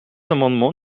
amendement